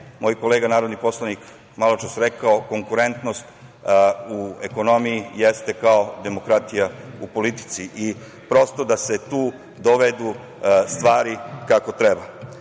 moj kolega narodni poslanik maločas rekao – konkurentnost u ekonomiji jeste kao demokratija u politici, i prosto, da se tu dovedu stvari kako treba. Vi